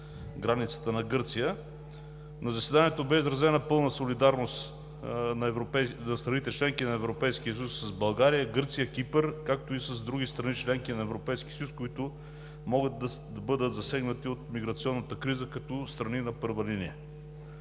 На заседанието бе изразена пълна солидарност за страните – членки на Европейския съюз, с България, Гърция, Кипър, както и с други страни – членки на Европейския съюз, които да бъдат засегнати от миграционната криза като страни на първа линия.